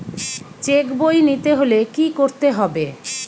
Check বই নিতে হলে কি করতে হবে?